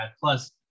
plus